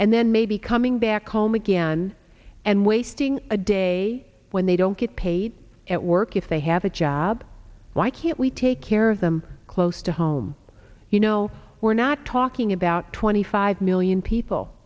and then maybe coming back home again and wasting a day when they don't get paid at work if they have a job why can't we take care of them close to home you know we're not talking about twenty five million people